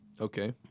Okay